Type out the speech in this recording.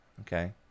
okay